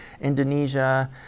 Indonesia